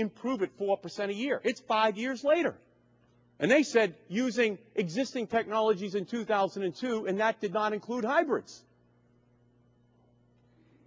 improve it four percent a year it's five years later and they said using existing technologies in two thousand and two and that did not include hybrids